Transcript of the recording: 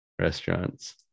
restaurants